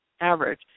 average